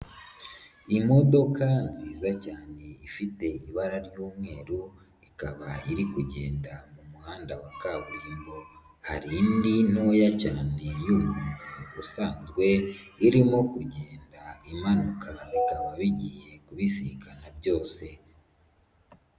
Imodoka nziza cyane ifite ibara ry'umweru ikaba iri kugenda mu muhanda wa kaburimbo, hari indi ntoya cyane y'umuntu usanzwe irimo kugenda imanuka bikaba bigiye kubisikana byose.